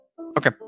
Okay